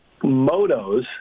Motos